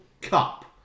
Cup